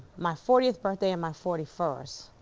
my fortieth birthday and my forty first,